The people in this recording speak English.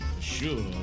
Sure